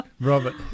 Robert